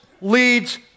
leads